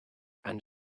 and